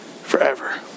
forever